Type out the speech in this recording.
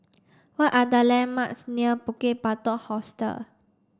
what are the landmarks near Bukit Batok Hostel